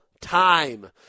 time